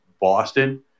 Boston